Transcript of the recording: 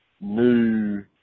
new